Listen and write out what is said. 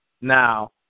Now